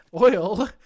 oil